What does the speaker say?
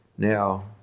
Now